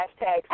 hashtags